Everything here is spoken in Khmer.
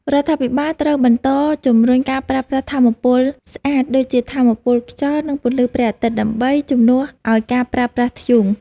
រដ្ឋាភិបាលត្រូវបន្តជំរុញការប្រើប្រាស់ថាមពលស្អាតដូចជាថាមពលខ្យល់ និងពន្លឺព្រះអាទិត្យដើម្បីជំនួសឱ្យការប្រើប្រាស់ធ្យូង។